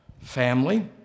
family